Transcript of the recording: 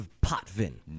Potvin